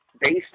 based